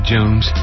Jones